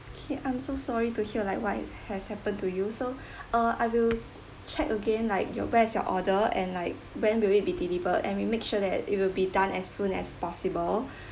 okay I'm so sorry to hear like what has happened to you so uh I will check again like your where is your order and like when will it be delivered and we make sure that it will be done as soon as possible